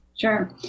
Sure